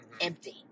empty